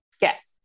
Yes